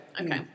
Okay